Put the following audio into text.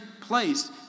place